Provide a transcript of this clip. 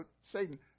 Satan